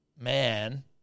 man